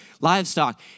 livestock